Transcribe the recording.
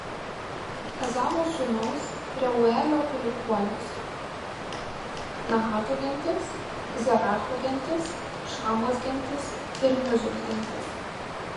ezavo sūnaus reuelio palikuonys nahato gentis zeracho gentis šamos gentis ir mizos gentis